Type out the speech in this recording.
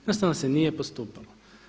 Jednostavno se nije postupalo.